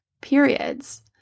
periods